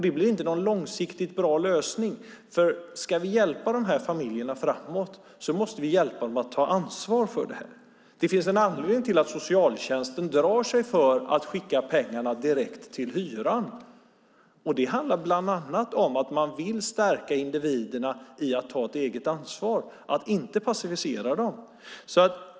Det blir ingen långsiktigt bra lösning. Ska vi hjälpa dessa familjer framåt måste vi hjälpa dem att ta ansvar. Det finns en anledning till att socialtjänsten drar sig för att skicka pengar direkt till hyran. Det beror bland annat på att man vill stärka individerna i att ta ett eget ansvar och inte passivisera dem.